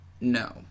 No